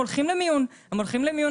הם הולכים למיון נפשי,